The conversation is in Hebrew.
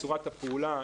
צורת הפעולה,